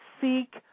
seek